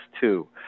two